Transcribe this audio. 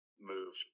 moved